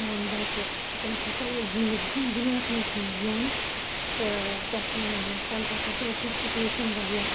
میون بَچہِ تٔمِس ہَسا اوس زِندگی دُنیاہَس منٛزٕے یُن تہٕ کیٛاہ چھِ وَنان تَمہِ ساتہٕ ہَسا ٲس مےٚ سُچوٗویشَن واریاہ